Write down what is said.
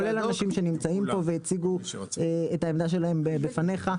כולל אנשים שנמצאים פה והציגו את העמדה שלהם בפניך,